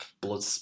blood